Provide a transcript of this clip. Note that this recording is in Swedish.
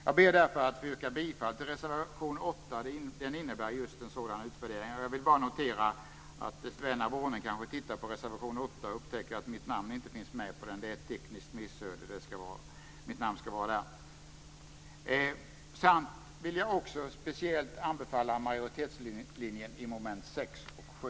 Jag yrkar därför bifall till reservation 8, där det krävs en sådan utredning. Vän av ordning som läser reservation 8 upptäcker kanske att mitt namn inte finns med på den. Det beror på ett tekniskt missöde - mitt namn ska stå där. Jag vill också speciellt anbefalla majoritetsskrivningen under mom. 6 och 7.